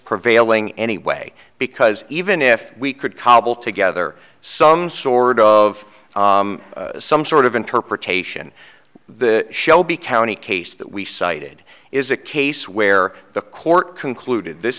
prevailing anyway because even if we could cobble together some sort of some sort of interpretation the shelby county case that we cited is a case where the court concluded this